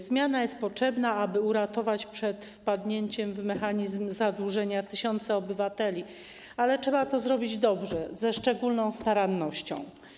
Zmiana jest potrzebna, aby uratować przed wpadnięciem w mechanizm zadłużenia tysiące obywateli, ale trzeba to zrobić dobrze, ze szczególną starannością.